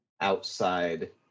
outside